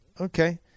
okay